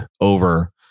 over